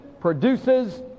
produces